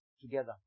together